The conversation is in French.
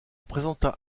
présenta